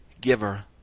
giver